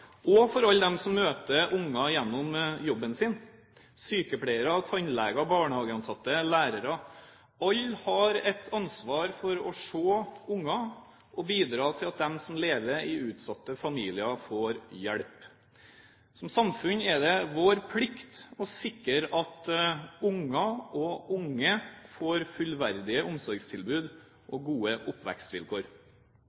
ansvar for å se barna og bidra til at de som lever i utsatte familier, får hjelp. Som samfunn er det vår plikt å sikre at barn og unge får fullverdige omsorgstilbud og